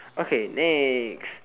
okay next